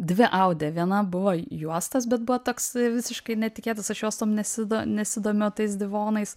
dvi audė viena buvo juostas bet buvo toks visiškai netikėtas aš juostom nesido nesidomiu tais divonais